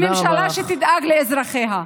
וממשלה שתדאג לאזרחיה.